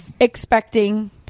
expecting